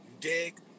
dig